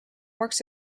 works